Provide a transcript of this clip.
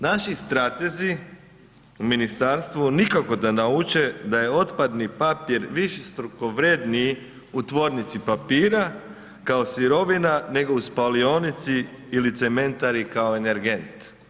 Naši stratezi u ministarstvu nikako da nauče da je otpadni papir višestruko vrjedniji u tvornici papira kao sirovina nego u spalionici ili cementari kao energent.